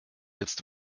jetzt